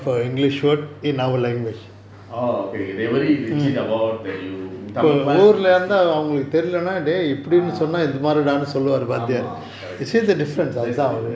orh okay they worry legit about you in tamil class you speak ah ஆமா:aama correct that's the difference